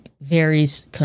varies